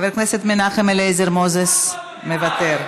חבר הכנסת מנחם אליעזר מוזס, מוותר.